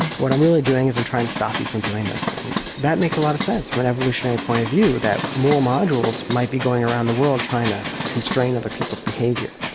what i'm really doing is trying to stop you from doing those things. that makes a lot of sense from an evolutionary point of view, that more modules might be going around the world trying to constrain other people's behaviour.